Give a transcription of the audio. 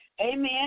amen